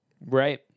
Right